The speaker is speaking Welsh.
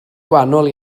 gwahanol